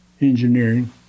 engineering